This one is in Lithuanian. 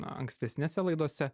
ankstesnėse laidose